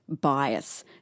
bias